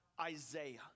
Isaiah